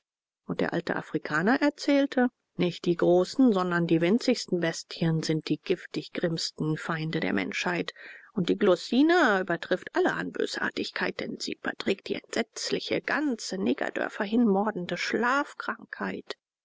und der alte afrikaner erzählte nicht die großen sondern die winzigsten bestien sind die giftig grimmigsten feinde der menschheit und die glossina übertrifft alle an bösartigkeit denn sie überträgt die entsetzliche ganze negerdörfer hinmordende